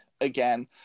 again